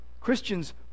Christians